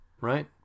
right